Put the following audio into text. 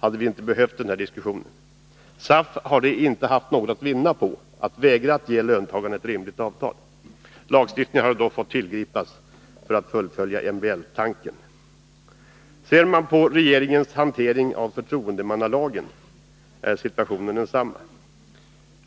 hade vi inte behövt denna diskussion. SAF hade inte haft något att vinna på att vägra att ge löntagarna ett rimligt avtal. Lagstiftning hade då fått tillgripas för att fullfölja MBL-tanken. Ser man på regeringens hantering av förtroendemannalagen är situationen densamma.